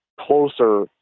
closer